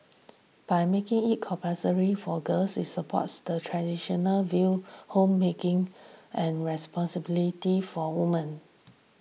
by making it compulsory for girls this supported the traditional view homemaking and responsibility for women